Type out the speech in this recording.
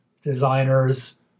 designers